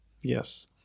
Yes